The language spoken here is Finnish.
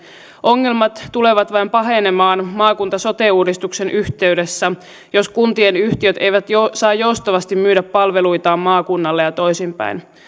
ongelmat tulevat vain pahenemaan maakunta ja sote uudistuksen yhteydessä jos kuntien yhtiöt eivät saa joustavasti myydä palveluitaan maakunnalle ja toisinpäin